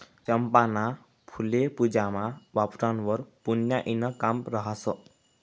चंपाना फुल्ये पूजामा वापरावंवर पुन्याईनं काम रहास